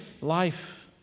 life